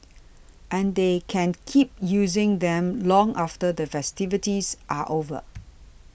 and they can keep using them long after the festivities are over